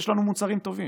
יש לנו מוצרים טובים,